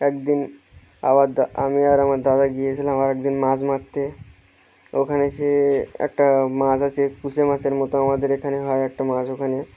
একদিন আবার আমি আর আমার দাদা গিয়েছিলাম আর একদিন মাছ মারতে ওখানে সে একটা মাছ আছে কুঁচে মাছের মতো আমাদের এখানে হয় একটা মাছ ওখানে